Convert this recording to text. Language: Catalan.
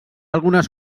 algunes